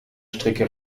stricke